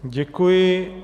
Děkuji.